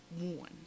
one